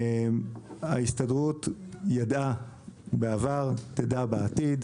ההסתדרות ידעה בעבר ותדע בעתיד